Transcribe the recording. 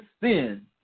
sin